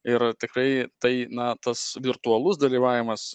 ir tikrai tai na tas virtualus dalyvavimas